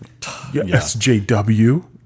SJW